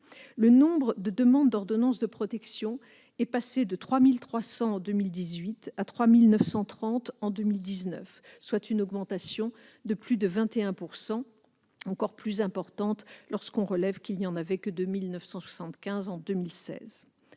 Le nombre de demandes d'ordonnance de protection est passé de 3 300 en 2018 à 3 930 en 2019, soit une augmentation de plus de 21 %. Elle paraît encore plus importante si l'on note qu'il n'y en avait que 2 975 en 2016.